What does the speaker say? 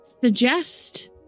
suggest